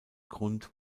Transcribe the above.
grund